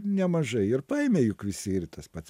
nemažai ir paėmė juk visi ir tas pats